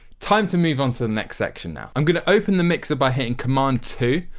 time to move onto the next section now. i'm going to open the mixer by hitting command two.